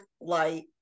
light